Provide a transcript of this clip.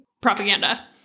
propaganda